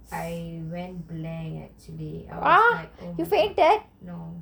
I went blank actually I was like oh my god no